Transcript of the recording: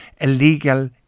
illegal